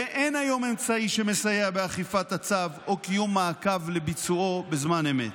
ואין היום אמצעי שמסייע באכיפת הצו או קיום מעקב על ביצועו בזמן אמת.